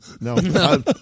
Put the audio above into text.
No